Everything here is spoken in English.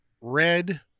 red